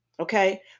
Okay